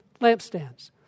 lampstands